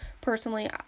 Personally